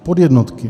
Podjednotky.